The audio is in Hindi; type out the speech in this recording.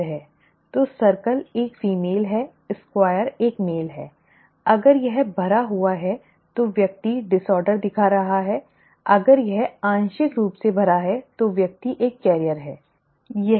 तो चक्र एक फीमेल है स्क्वायर एक मेल है अगर यह भरा हुआ है तो व्यक्ति विकार दिखा रहा है अगर यह आंशिक रूप से भरा है तो व्यक्ति एक वाहक है ठीक है